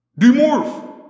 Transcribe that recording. Demorph